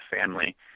family